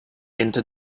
into